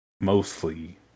mostly